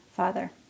Father